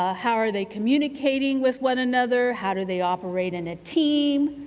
ah how are they communicating with one another, how do they operate in a team.